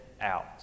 out